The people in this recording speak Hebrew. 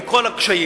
עם כל הקשיים,